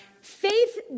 faith